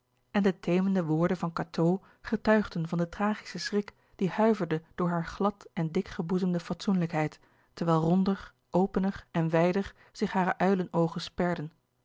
en de teemende woorden van cateau gelouis couperus de boeken der kleine zielen tuigden van den tragischen schrik die huiverde door haar glad en dik geboezemde fatsoenlijkheid terwijl ronder opener en wijder zich hare uilenoogen sperden